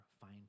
fine